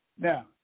Now